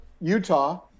Utah